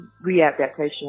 re-adaptation